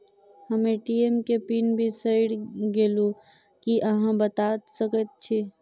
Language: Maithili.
हम ए.टी.एम केँ पिन बिसईर गेलू की अहाँ बता सकैत छी?